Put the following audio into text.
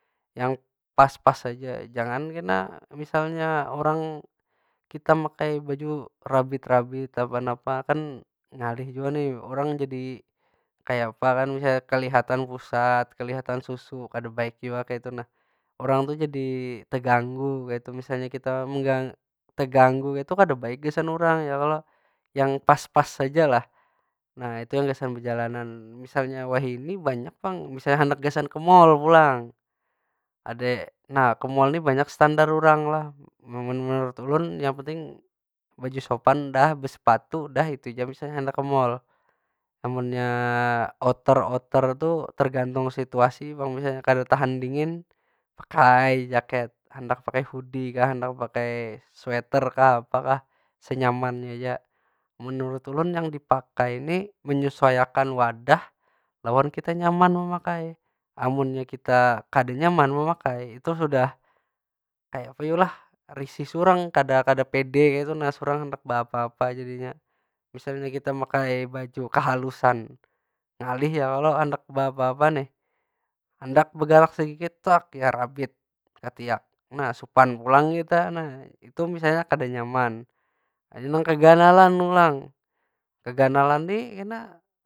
Yang pas- pas aja, jangan kena misalnya orang, kita makai baju rabit- rabit, napa- napa kan ngalih jua nih. Orang jadi kayapa kan misalnya kelihatan pusat, kelihatan susu kada baik jua kaytu nah. Orang tu jadi teganggu, kaytu. Misalnya kita teganggu kaytu, kada baik gasan urang ya kalo? Yang pas- pas aja lah. Nah, itu yang gasan bejalanan. Misalnya wahini banyak pang. Misalnya handak gasan ke mall pulang, nah ke mall ni banyak standar urang lah. Amun menurut ulun yang penting baju sopan dah, besepatu dah, itu aja misal handak ke mall. Amunnya outer- outer tu tergantung situasi pang, misalnya kada tahan dingin pakai jaket. Handak pakai hoodie kah sweater kah apa kah, senyamannya ja. Menurut ulun yang dipakai ni, menyesuaiakan wadah lawan kita nyaman memakai. Amunnya kita kada nyaman memakai, itu sudah kaya apa yu lah? Risih surang, kada- kada pede kaytu nah surang handak beapa- apa jadinya. Misalnya kita makai baju kahalusan, ngalih ya kalao handak beapa- apa nih. Handak begarak sedikit, tak jar rabit ketiak. Nah, supan pulang kita, nah. Itu misalnya kada nyaman. Ada nang keganalan pulang, keganalan nih kena.